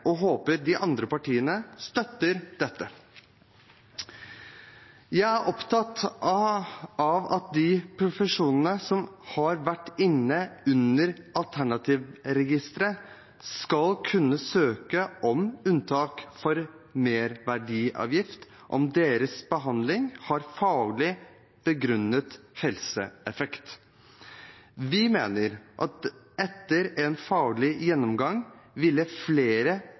og håper de andre partiene støtter dette. Jeg er opptatt av at de profesjonene som har vært inne under alternativregisteret, skal kunne søke om unntak for merverdiavgift om deres behandling har faglig begrunnet helseeffekt. Vi mener at etter en faglig gjennomgang ville flere